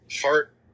heart